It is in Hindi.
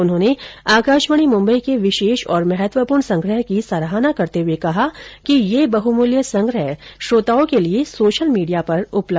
उन्होंने आकाशवाणी मुंबई के विशेष और महत्वपूर्ण संग्रह की सराहना करते हुए कहा कि यह बहुमूल्य संग्रह श्रोताओं के लिए सोशल मीडिया पर उपलब्ध कराया जाना चाहिए